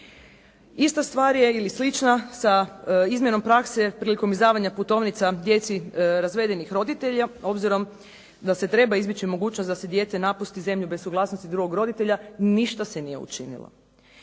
Ista stvar je ili slična sa izmjenom prakse prilikom izdavanja putovnica djeci razvedenih roditelja, obzirom da treba izbjeći mogućnost da se dijete napusti zemlju bez suglasnosti drugog roditelja. Ništa se nije učinilo.